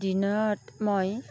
দিনত মই